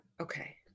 Okay